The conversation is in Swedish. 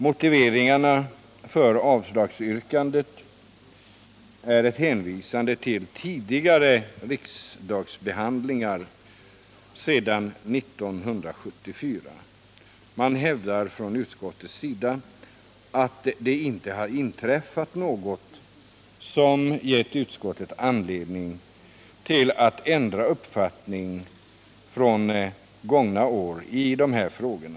Motiveringarna för avslagsyrkandet är ett hänvisande till tidigare riksdagsbehandlingar sedan 1974. Utskottet hävdar att det inte har inträffat något som givit utskottet anledning att ändra uppfattning från gångna år i dessa frågor.